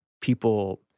people